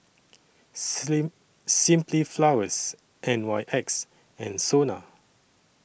Sing Simply Flowers N Y X and Sona